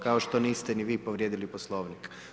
Kao što niste ni vi povrijedili Poslovnik.